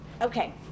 Okay